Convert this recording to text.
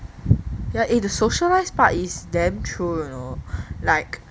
yeah eh the socialize part is damn true you know like